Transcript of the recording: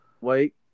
Wait